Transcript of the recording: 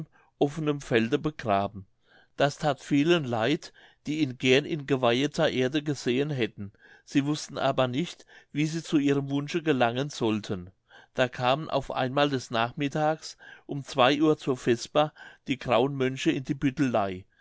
offenem felde begraben das that vielen leid die ihn gern in geweiheter erde gesehen hätten sie wußten aber nicht wie sie zu ihrem wunsche gelangen sollten da kamen auf einmal des nachmittags um zwei uhr zur vesper die grauen mönche in die büttelei